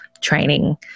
training